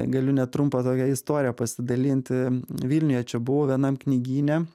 galiu net trumpą tokią istoriją pasidalinti vilniuje čia buvau vienam knygyne